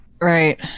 Right